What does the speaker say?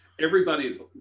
Everybody's